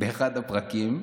באחד הפרקים: